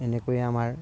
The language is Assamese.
এনেকৈয়ে আমাৰ